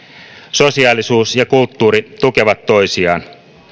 sosiaalisuus ja kulttuuri tukevat toisiaan